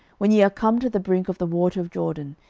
when ye are come to the brink of the water of jordan,